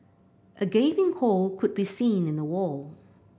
a gaping hole could be seen in the wall